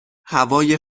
هوای